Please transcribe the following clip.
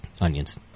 Onions